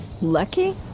Lucky